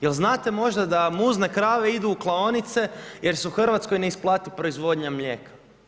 Jel znate možda da muzne krave idu u klaonice, jer se u Hrvatskoj ne isplati proizvodnja mlijeka?